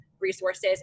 resources